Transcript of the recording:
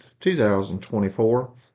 2024